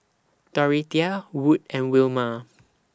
Dorothea Wood and Wilma